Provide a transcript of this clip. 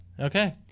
okay